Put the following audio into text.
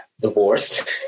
divorced